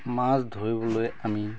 মাছ ধৰিবলৈ আমি